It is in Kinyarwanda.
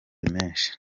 menshi